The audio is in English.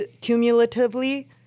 cumulatively